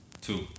two